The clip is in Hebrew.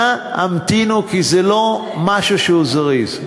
אנא המתינו, כי זה לא משהו שהוא זריז.